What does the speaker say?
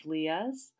Leah's